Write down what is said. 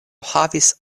havis